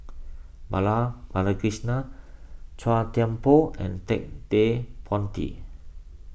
Bala Chua Thian Poh and Ted De Ponti